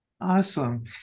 Awesome